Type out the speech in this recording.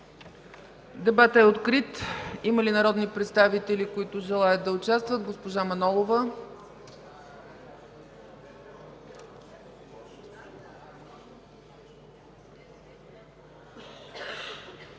Дебатът е открит. Има ли народни представители, които желаят да участват? Госпожа Манолова.